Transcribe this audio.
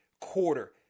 quarter